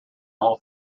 all